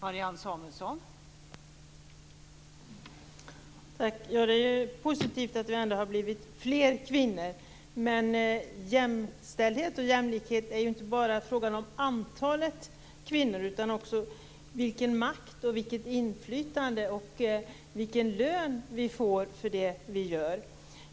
Fru talman! Det är positivt att vi har blivit fler kvinnor, men jämställdhet och jämlikhet är inte bara fråga om antalet kvinnor utan också om vilken makt och vilket inflytande vi har och vilken lön vi får för det vi gör.